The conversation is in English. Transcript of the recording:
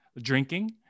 drinking